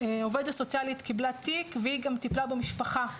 עובדת סוציאלית קיבלה תיק והיא גם טיפלה במשפחה,